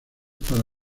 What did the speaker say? para